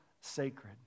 sacred